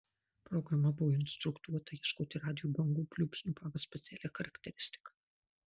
programa buvo instruktuota ieškoti radijo bangų pliūpsnių pagal specialią charakteristiką